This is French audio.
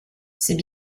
c’est